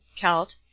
Celt